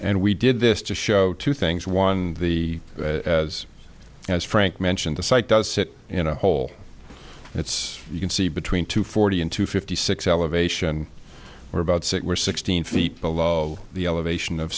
and we did this to show two things one the as as frank mentioned the site does it in a hole it's you can see between two forty into fifty six elevation or about six were sixteen feet below the elevation of